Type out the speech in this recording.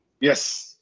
yes